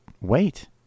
wait